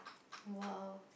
!wow!